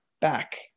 back